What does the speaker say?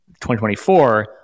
2024